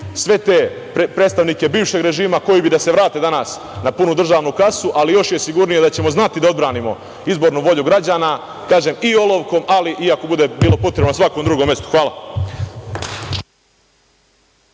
sve te predstavnike bivšeg režima koji bi da se vrate danas na punu državnu kasu, ali još je sigurnije da ćemo znati da odbranimo izbornu volju građana, kažem, i olovkom, ali i ako bude bilo potrebno i na svakom drugom mestu. Hvala.